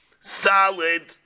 solid